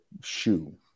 shoe